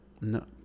No